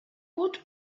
woot